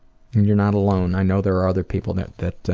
you're not alone, i know there are other people that that